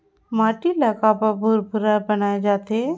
माटी ला काबर भुरभुरा बनाय जाथे?